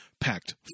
packed